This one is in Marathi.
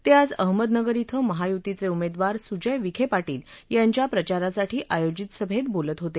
ते आज अहमदनगर इथं महायुतीचे उमेदवार सुजय विखे पाटील यांच्या प्रचारासाठी आयोजित सभेत बोलत होते